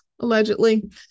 allegedly